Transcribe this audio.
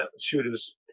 shooters